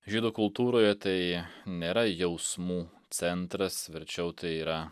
žydų kultūroje tai nėra jausmų centras verčiau tai yra